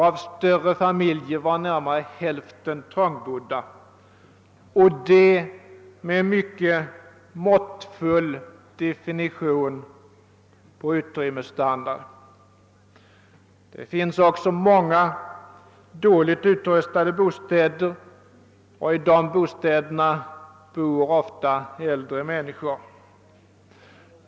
Av större familjer var närmare hälften trångbodda, detta med en mycket måttfull definition på utrymmesstandard. Det finns också många dåligt utrustade bostäder, och i dessa bor ofta äldre människor.